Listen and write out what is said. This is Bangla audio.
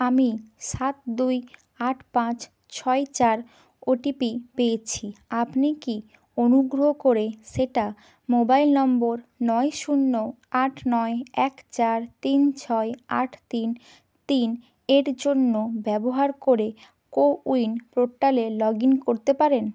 আমি সাত দুই আট পাঁচ ছয় চার ওটিপি পেয়েছি আপনি কি অনুগ্রহ করে সেটা মোবাইল নম্বর নয় শূন্য আট নয় এক চার তিন ছয় আট তিন তিন এর জন্য ব্যবহার করে কোউইন পোর্টালে লগইন করতে পারেন